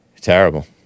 Terrible